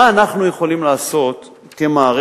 מה אנחנו יכולים לעשות כמערכת,